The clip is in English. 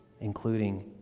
including